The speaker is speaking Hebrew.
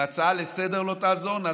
אם ההצעה לסדר-היום לא תעזור,